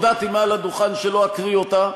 הודעתי מעל הדוכן שלא אקריא אותה,